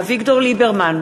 אביגדור ליברמן,